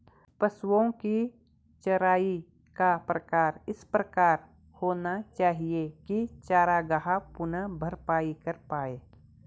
पशुओ की चराई का प्रकार इस प्रकार होना चाहिए की चरागाह पुनः भरपाई कर पाए